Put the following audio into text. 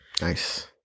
nice